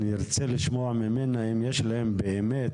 אני ארצה לשמוע ממנה אם יש להם באמת